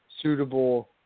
suitable